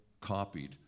copied